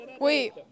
wait